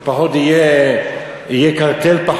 אני מסכים אתך שככל שיהיה פחות מונופול ופחות יהיה קרטל,